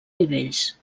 nivells